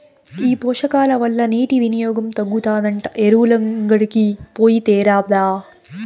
ఈ పోషకాల వల్ల నీటి వినియోగం తగ్గుతాదంట ఎరువులంగడికి పోయి తేరాదా